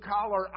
collar